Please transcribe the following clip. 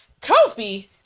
Kofi